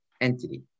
entity